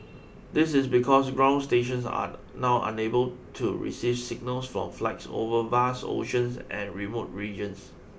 this is because ground stations are now unable to receive signals from flights over vast oceans and remote regions